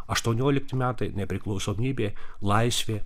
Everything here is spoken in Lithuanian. aštuoniolikti metai nepriklausomybė laisvė